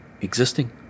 existing